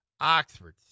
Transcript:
Oxford